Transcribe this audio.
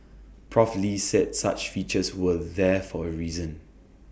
Prof lee said such features were there for A reason